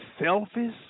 selfish